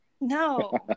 No